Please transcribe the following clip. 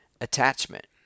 Attachment